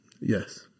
Yes